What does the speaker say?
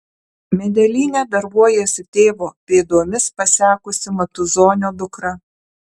medelyne darbuojasi tėvo pėdomis pasekusi matuzonio dukra